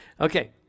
Okay